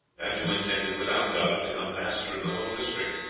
and who intended, without doubt, to become master of the whole district.